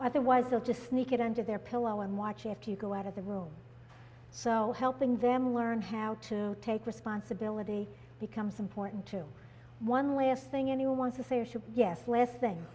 otherwise they'll just sneak it under their pillow and watch if you go out of the room so helping them learn how to take responsibility becomes important too one last thing anyone wants to say